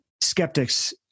skeptics